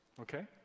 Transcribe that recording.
Okay